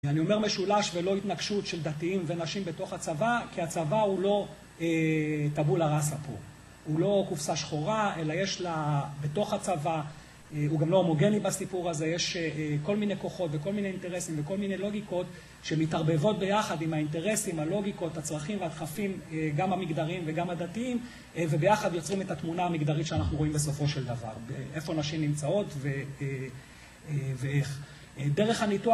אני אומר משולש ולא התנגשות של דתיים ונשים בתוך הצבא, כי הצבא הוא לא טבולה-ראסה פה. הוא לא קופסה שחורה, אלא יש לה בתוך הצבא, הוא גם לא הומוגני בסיפור הזה, יש כל מיני כוחות וכל מיני אינטרסים וכל מיני לוגיקות שמתערבבות ביחד עם האינטרסים, הלוגיקות, הצרכים והדחפים, גם המגדרים וגם הדתיים, וביחד יוצרים את התמונה המגדרית שאנחנו רואים בסופו של דבר. איפה נשים נמצאות ואיך. דרך הניתוח